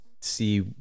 see